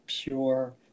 pure